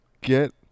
get